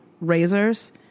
razors